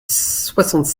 soixante